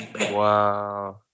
Wow